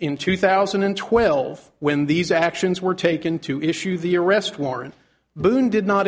in two thousand and twelve when these actions were taken to issue the arrest warrant boone did not